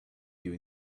you